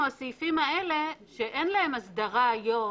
סליחה.